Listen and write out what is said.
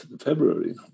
February